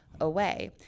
away